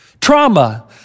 trauma